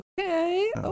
Okay